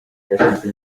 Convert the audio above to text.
gashinzwe